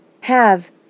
Have